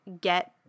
get